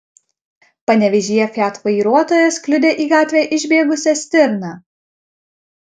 panevėžyje fiat vairuotojas kliudė į gatvę išbėgusią stirną